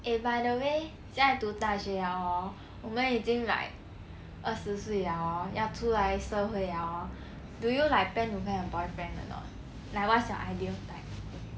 eh by the way 现在读大学 liao hor 我们已经 like 二十岁 liao hor 要出来社会 liao hor do you like plan to find a boyfriend or not like what's your ideal type